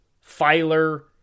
Filer